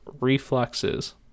reflexes